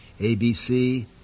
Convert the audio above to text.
ABC